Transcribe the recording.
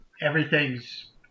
everything's